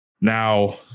Now